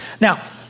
Now